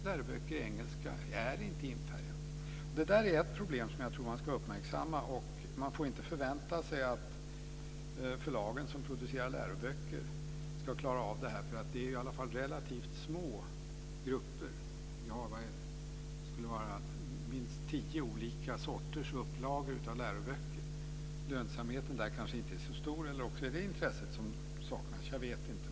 Läroböcker i engelska är inte infärgade. Det där är ett problem som jag tror att man ska uppmärksamma. Man får inte förvänta sig att förlaget som producerar läroböcker ska klara av det här, för det är relativt små grupper. Det skulle bli minst tio olika sorters upplagor av läroböcker. Lönsamheten blir kanske inte så stor, eller också är det intresset som saknas. Jag vet inte.